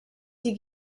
die